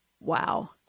Wow